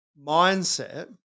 mindset